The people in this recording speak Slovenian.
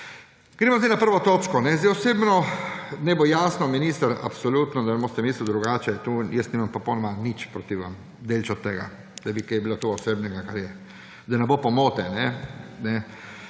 Gremo zdaj na prvo točko. Osebno, naj bo jasno, minister, absolutno, da ne boste mislili drugače, jaz nimam popolnoma nič proti vam. Daleč od tega, da bi kaj bilo osebnega, kar je, da ne bo pomote.